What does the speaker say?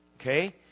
Okay